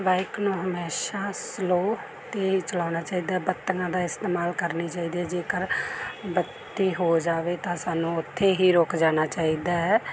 bike ਨੂੰ ਹਮੇਸ਼ਾ slow 'ਤੇ ਚਲਾਉਣਾ ਚਾਹੀਦਾ ਹੈ ਬੱਤੀਆਂ ਦਾ ਇਸਤੇਮਾਲ ਕਰਨੀ ਚਾਹੀਦਾ ਜੇਕਰ ਬੱਤੀ ਹੋ ਜਾਵੇ ਤਾਂ ਸਾਨੂੰ ਓਥੇ ਹੀ ਰੁੱਕ ਜਾਣਾ ਚਾਹੀਦਾ ਹੈ